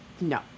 No